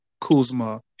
Kuzma